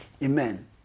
Amen